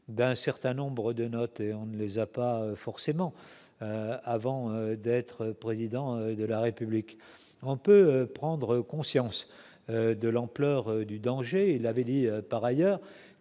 d'un certain nombre de notes et on ne les a pas forcément avant d'être président de la République, on peut prendre conscience de l'ampleur du danger, il avait dit par ailleurs